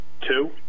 Two